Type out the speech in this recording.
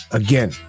again